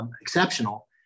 exceptional